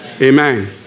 Amen